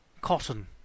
cotton